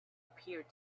appeared